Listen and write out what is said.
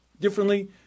differently